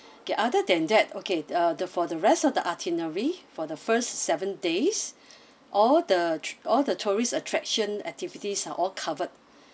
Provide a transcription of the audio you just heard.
okay other than that okay uh the for the rest of the itinerary for the first seven days all the all the tourist attraction activities are all covered